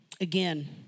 Again